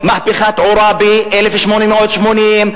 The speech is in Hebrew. מהפכת עוראבי 1880,